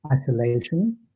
isolation